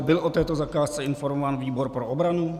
Byl o této zakázce informován výbor pro obranu?